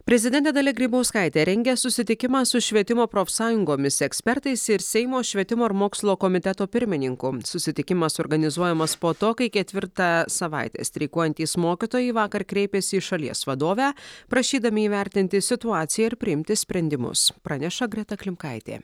prezidentė dalia grybauskaitė rengia susitikimą su švietimo profsąjungomis ekspertais ir seimo švietimo ir mokslo komiteto pirmininku susitikimas organizuojamas po to kai ketvirtą savaitę streikuojantys mokytojai vakar kreipėsi į šalies vadovę prašydami įvertinti situaciją ir priimti sprendimus praneša greta klimkaitė